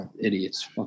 Idiots